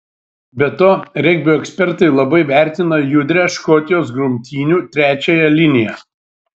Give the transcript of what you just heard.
be to regbio ekspertai labai vertina judrią škotijos grumtynių trečiąją liniją